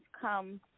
come